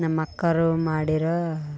ನಮ್ಮ ಅಕ್ಕೋರು ಮಾಡಿರೋ